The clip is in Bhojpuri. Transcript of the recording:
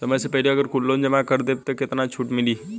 समय से पहिले अगर हम कुल लोन जमा कर देत हई तब कितना छूट मिली?